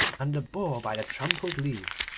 and the boar by the trampled leaves.